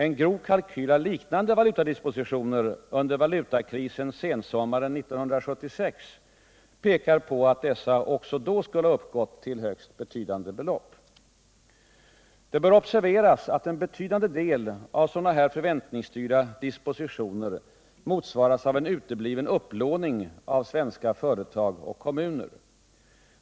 En grov kalkyl av liknande valutadispositioner under valutakrisen sensommaren 1976 pekar på att dessa också då skulle ha uppgått till högst betydande belopp. Det bör observeras att en betydande del av dylika förväntningsstyrda dispositioner motsvaras av en utebliven upplåning av svenska företag och kommuner.